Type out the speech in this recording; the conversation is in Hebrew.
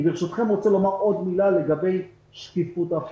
אני רוצה לומר מילה לגבי שקיפות כי